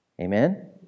amen